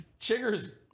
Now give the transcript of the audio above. chiggers